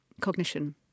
cognition